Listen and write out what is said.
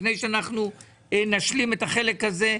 לפני שאנחנו נשלים את החלק הזה.